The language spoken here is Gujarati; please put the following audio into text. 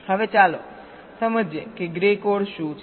હવે ચાલો સમજીએ કે ગ્રે કોડ શું છે